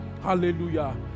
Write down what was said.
hallelujah